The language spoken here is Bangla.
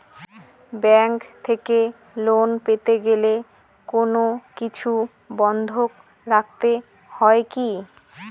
ব্যাংক থেকে লোন পেতে গেলে কোনো কিছু বন্ধক রাখতে হয় কি?